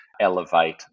elevate